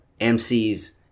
MCs